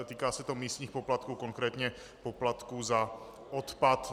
Týká se to místních poplatků, konkrétně poplatků za odpad.